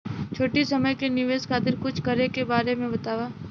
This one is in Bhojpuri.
छोटी समय के निवेश खातिर कुछ करे के बारे मे बताव?